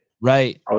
Right